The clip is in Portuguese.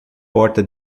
porta